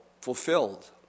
fulfilled